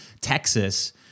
Texas